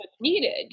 needed